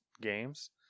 games